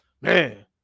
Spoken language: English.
man